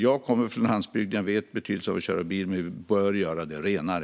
Jag kommer från landsbygden och vet betydelsen av att köra bil, men vi bör göra det renare.